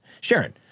Sharon